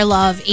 Love